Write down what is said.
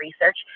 research